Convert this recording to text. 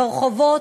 ברחובות,